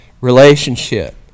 relationship